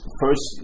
first